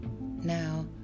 Now